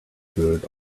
good